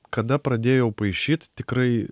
kada pradėjau paišyt tikrai